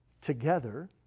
together